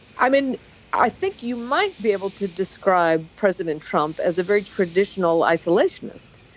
i mean i think you might be able to describe president trump as a very traditional isolationist.